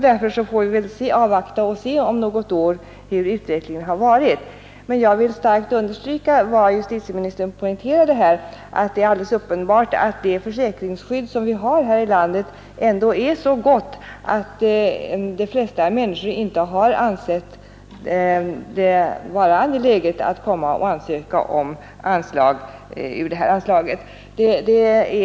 Därför får vi avvakta något år och se hur utvecklingen varit. Jag vill dock starkt understryka vad justitieministern poängterade, nämligen att det är alldeles uppenbart att det försäkringsskydd vi har här i landet ändå är så gott, att de flesta människor inte har ansett det vara angeläget att ansöka om ersättning från detta anslag.